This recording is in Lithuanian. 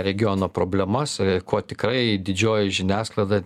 regiono problemas ko tikrai didžioji žiniasklaida